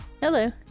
Hello